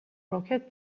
rocket